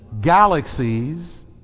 galaxies